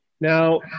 Now